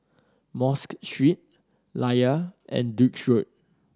Mosque Street Layar and Duke's Road